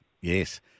Yes